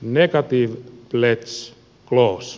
negative pledge clause